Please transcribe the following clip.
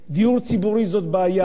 דיור ציבורי זה בעיה.